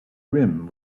rim